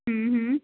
हूं हूं